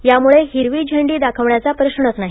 त्यामुळे हिरवी झेंडी दाखवण्याचा प्रश्नच नाही